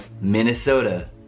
Minnesota